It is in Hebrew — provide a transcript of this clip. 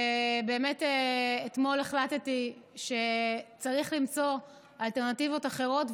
באמת אתמול החלטתי שצריך למצוא אלטרנטיבות אחרות,